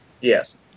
Yes